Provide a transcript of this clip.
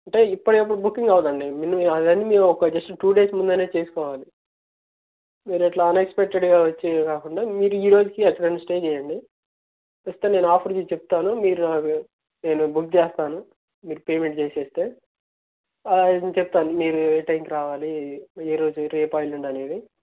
అంటే ఇప్పుడే ఏమి బుకింగ్ అవ్వదండీ మీరు అవన్నీ ఒక జస్ట్ టూ డేస్ ముందే చేసుకోవాలి మీరు ఇట్లా అన్ఎక్స్పెక్టెడ్గా వచ్చి కాకుండా మీరు ఈ రోజుకి ఎక్కడన్నా స్టే చేయండి చేస్తే నేను ఆఫర్ చూసి చెప్తాను మీరు ఆర్ నేను బుక్ చేస్తాను మీరు పేమెంట్ చేసేస్తే ఆ చెప్తాను మీరేటైమ్కి రావాలి ఏ రోజు రేపా ఎల్లుండా అనేది